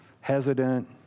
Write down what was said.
hesitant